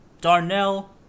darnell